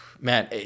man